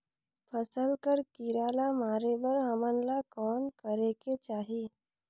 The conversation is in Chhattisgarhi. फसल कर कीरा ला मारे बर हमन ला कौन करेके चाही?